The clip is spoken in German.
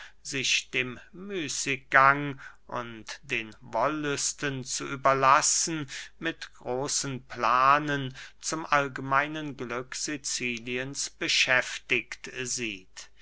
sich dem müßiggang und den wollüsten zu überlassen mit großen planen zum allgemeinen glück siciliens beschäftigt sieht